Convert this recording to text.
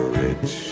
rich